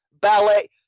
Ballet